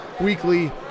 weekly